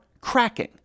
cracking